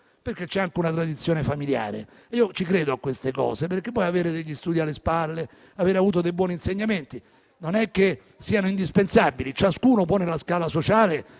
perché è nella sua tradizione familiare. Io poi credo a queste cose, perché avere degli studi alle spalle, avere avuto dei buoni insegnamenti, non è indispensabile: ciascuno può, nella scala sociale,